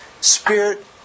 Spirit-